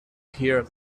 hear